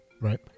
Right